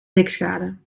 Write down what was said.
blikschade